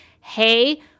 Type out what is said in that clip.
hey